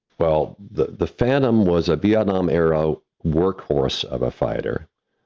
well, the the phantom was a vietnam aero workhorse of a fighter.